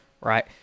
right